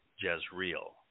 Jezreel